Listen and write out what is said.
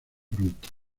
pronto